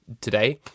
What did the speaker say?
today